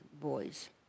boys